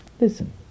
Listen